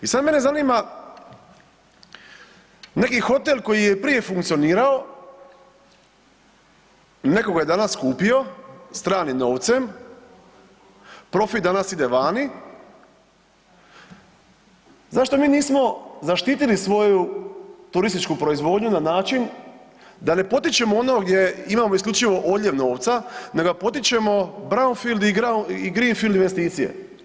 I sad mene zanima, neki hotel koji je prije funkcionirao, neko ga je danas kupio stranim novcem, profit danas ide vani, zašto mi nismo zaštitili svoju turističku proizvodnju na način da ne potičemo ono gdje imamo isključivo odljev novca nego da potičemo brownfield i greenfield investicije.